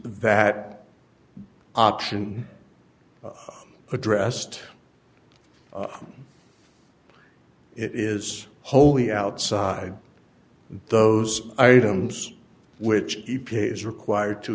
that option addressed it is wholly outside those items which e p a is required to